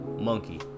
monkey